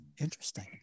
interesting